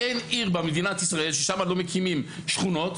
אין עיר במדינת ישראל ששם לא מקימים שכונות,